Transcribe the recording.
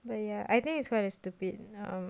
but ya I think it's quite a stupid um